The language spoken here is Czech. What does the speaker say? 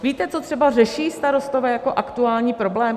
Víte, co třeba řeší starostové jako aktuální problém?